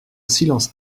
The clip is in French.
silence